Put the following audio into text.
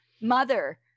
mother